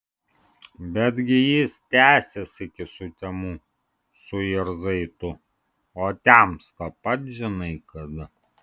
betgi jis tęsis iki sutemų suirzai tu o temsta pats žinai kada